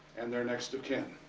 and their next of kin.